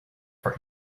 for